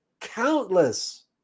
Countless